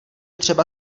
třeba